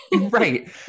Right